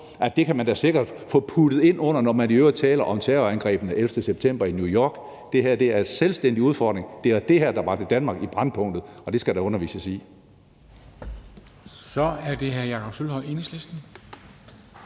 at det kan man da sikkert få puttet ind under noget andet, når man i øvrigt taler om terrorangrebene den 11. september i New York. Det her er en selvstændig udfordring, det er det her, der bragte Danmark i brændpunkter, og det skal der undervises i. Kl. 11:20 Formanden